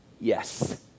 Yes